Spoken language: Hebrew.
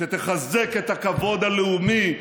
שתחזק את הכבוד הלאומי,